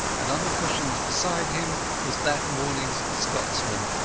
and on the cushions beside him was that morningas scotsman.